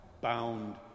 bound